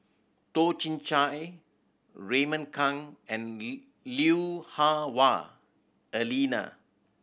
Toh Chin Chye Raymond Kang and Lui Hah Wah Elena